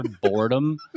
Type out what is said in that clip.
boredom